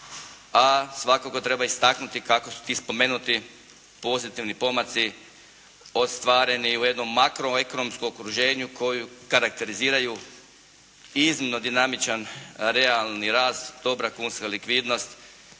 a svakako treba istaknuti kako su ti spomenuti pozitivni pomaci ostvareni u jednom makroekonomskom okruženju koji karakteriziraju iznimno dinamičan, realni rast, dobra kunska likvidnost.